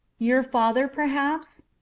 your father, perhaps.